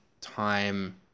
time